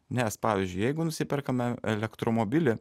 nes pavyzdžiui jeigu nusiperkame elektromobilį